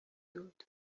دود